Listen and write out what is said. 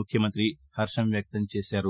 ముఖ్యమంతి హర్షం వ్యక్తం చేశారు